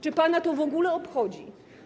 Czy pana to w ogóle obchodzi?